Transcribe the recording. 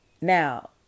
Now